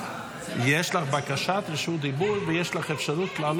יש לך בקשת רשות דיבור ויש לך אפשרות לעלות.